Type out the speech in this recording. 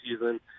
season